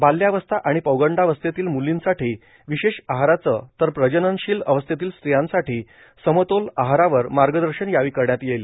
बाल्यावस्था आणि पौगंडावस्थेतील मुर्लींसाठी विशेष आहाराचं तर प्रजननशील अवस्थेतील स्त्रियांसाठी समतोल आहारावर मार्गदर्शन यावेळी करण्यात येईल